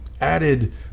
added